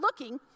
looking